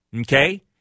okay